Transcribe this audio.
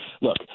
look